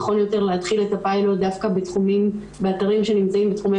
נכון יותר להתחיל את הפיילוט דווקא באתרים שנמצאים בתחומי